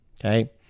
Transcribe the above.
Okay